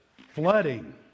Flooding